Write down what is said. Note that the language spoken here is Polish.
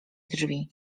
drzwi